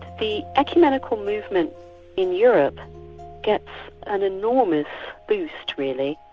the ecumenical movement in europe gets an enormous boost really,